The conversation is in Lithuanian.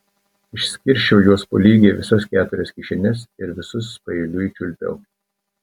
išskirsčiau juos po lygiai į visas keturias kišenes ir visus paeiliui čiulpiau